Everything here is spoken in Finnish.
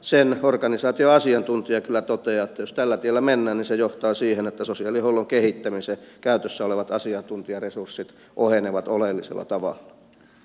sen organisaation asiantuntija kyllä toteaa että jos tällä tiellä mennään niin se johtaa siihen että sosiaalihuollon kehittämisen käytössä olevat asiantuntijaresurssit ohenevat oleellisella tavalla